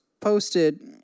posted